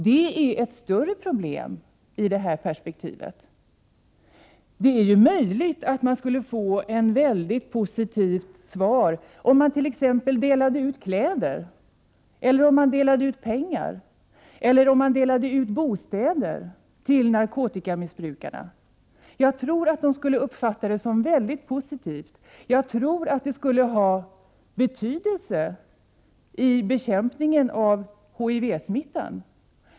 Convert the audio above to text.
Det är ett större problem i det här perspektivet. Möjligen skulle man få en mycket positiv reaktion om man till narkotikamissbrukarna delade ut t.ex. kläder, pengar eller bostäder. Jag tror att de skulle uppfatta det som mycket positivt, och jag tror att det skulle ha betydelse när det gäller bekämpningen av HIV-smittan.